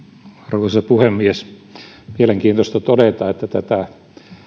arvoisa puhemies mielenkiintoista todeta että tätä